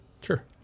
Sure